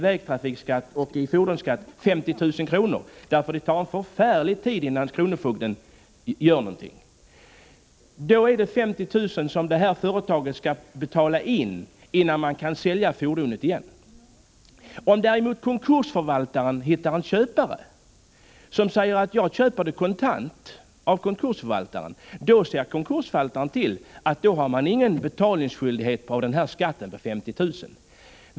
i vägtrafikskatt och fordonsskatt — det tar nämligen en förfärlig tid innan kronofogden gör någonting! Företaget skall alltså betala in 50 000 kr. innan fordonet kan säljas igen. Om däremot konkursförvaltaren hittar en köpare, som säger att han kan köpa fordonet kontant, ser konkursförvaltaren till att det inte föreligger någon betalningsskyldighet vad gäller skatten på 50 000 kr.